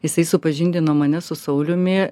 jisai supažindino mane su sauliumi